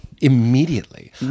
Immediately